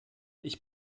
ich